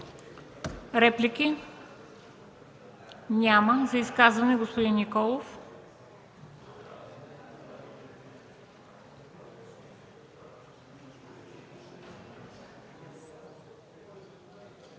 Реплики? Няма. За изказване – господин Николов.